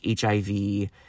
HIV